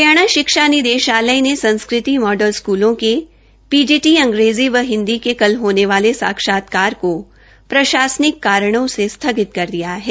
हरियाणा शिक्षा निदेशालय ने संस्कृति मॉडल स्कूलों के पीजीपी अंग्रेजी व हिन्दी के कल होने वाले साक्षात्कार को प्रशासनिक कारणों से स्थगित कर दिया है